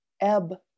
ebb